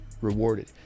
rewarded